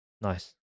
Nice